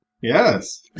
Yes